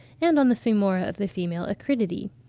and on the femora of the female acridiidae.